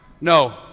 No